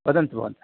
वदन्तु भवन्तः